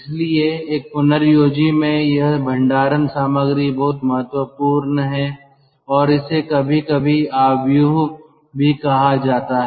इसलिए एक पुनर्योजी में यह भंडारण सामग्री बहुत महत्वपूर्ण है और इसे कभी कभी मैट्रिक्स भी कहा जाता है